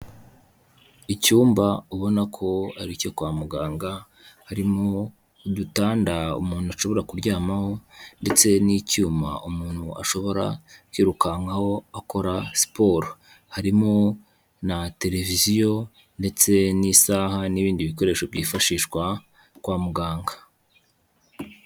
Icyumba ubona ko ari icyo kwa muganga, harimo udutanda umuntu ashobora kuryamaho, ndetse n'icyuma umuntu ashobora kwirukankaho akora siporo, harimo na televiziyo ndetse ndetse n'isaha, n'ibindi bikoresho byifashishwa kwa muganga.